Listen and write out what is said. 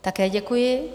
Také děkuji.